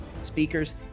speakers